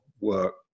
work